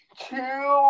two